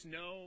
no